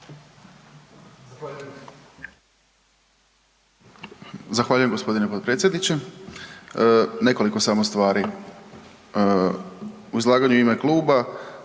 Zahvaljujem gospodine potpredsjedniče. Nekoliko samo stvari. U izlaganju u ime kluba